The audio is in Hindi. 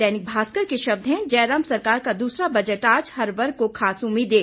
दैनिक भास्कर के शब्द हैं जयराम सरकार का दूसरा बजट आज हर वर्ग को खास उम्मीदें